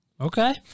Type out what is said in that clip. Okay